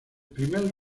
primer